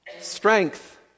strength